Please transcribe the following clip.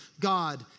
God